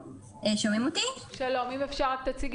אני עורכת דין